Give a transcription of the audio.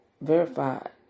verified